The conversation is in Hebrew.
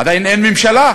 עדיין אין ממשלה.